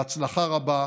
בהצלחה רבה,